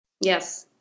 Yes